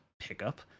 pickup